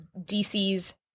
DC's –